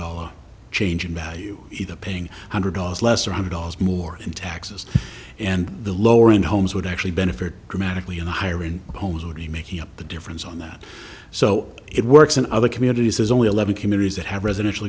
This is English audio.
dollars change in value either paying one hundred dollars less or hundred dollars more in taxes and the lower end homes would actually benefit dramatically in the higher end homes would be making up the difference on that so it works in other communities there's only eleven communities that have residential